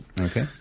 okay